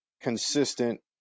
consistent